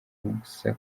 gusa